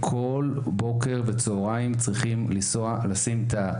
צריכים לנסוע כל בוקר וצהריים כדי לשים אותו